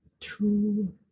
true